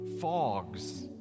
fogs